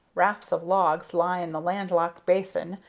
rafts of logs lie in the land-locked basin,